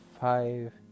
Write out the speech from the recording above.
five